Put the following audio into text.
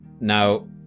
Now